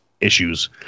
issues